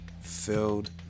filled